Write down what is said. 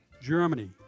Germany